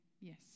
yes